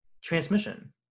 transmission